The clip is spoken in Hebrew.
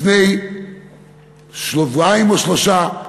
לפני שבועיים או שלושה,